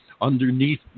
underneath